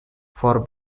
for